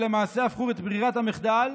ולמעשה הפכו את ברירת המחדל,